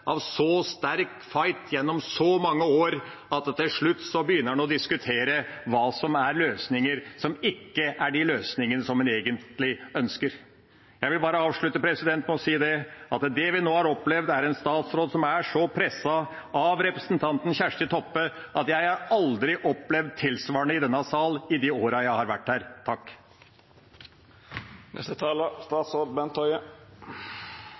av dem føler seg så slitne av en så sterk fight gjennom så mange år at de til slutt begynner å diskutere løsninger som ikke er de løsningene de egentlig ønsker. Jeg vil bare avslutte med å si at det vi nå har opplevd, er en statsråd som er så presset av representanten Kjersti Toppe at jeg aldri har opplevd tilsvarende i denne sal i de årene jeg har vært her.